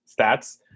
stats